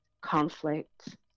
Conflict